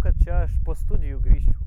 kad čia aš po studijų grįščiau